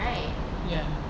ya